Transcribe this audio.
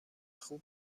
خوب